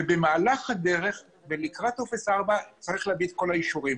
ובמהלך הדרך ולקראת טופס 4 צריך להביא את כל האישורים,